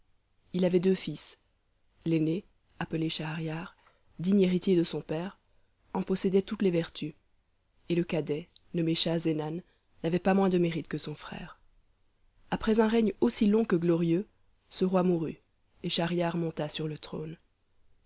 il avait deux fils l'aîné appelé schahriar digne héritier de son père en possédait toutes les vertus et le cadet nommé schahzenan n'avait pas moins de mérite que son frère après un règne aussi long que glorieux ce roi mourut et schahriar monta sur le trône